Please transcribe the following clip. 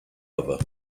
other